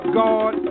god